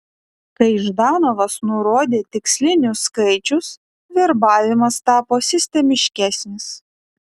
kai ždanovas nurodė tikslinius skaičius verbavimas tapo sistemiškesnis